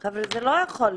זה לא יכול להיות.